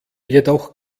jedoch